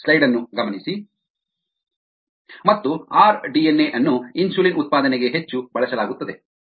Refer Slide Time 5054 ಮತ್ತು R DNA ಅನ್ನು insulin ಉತ್ಪಾದನೆಗೆ ಹೆಚ್ಚು ಬಳಸಲಾಗುತ್ತದೆ